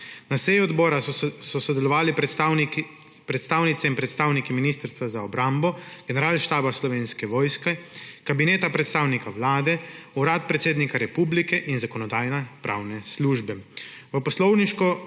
Na seji odbora so sodelovali predstavnice in predstavniki Ministrstva za obrambo, Generalštaba Slovenske vojske, Kabineta predsednika vlade, Urada predsednika republike in Zakonodajno-pravne službe.